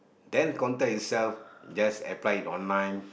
then contact itself just apply it online